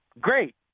great